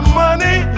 money